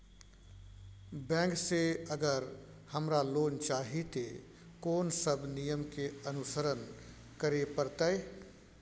Bank से अगर हमरा लोन चाही ते कोन सब नियम के अनुसरण करे परतै?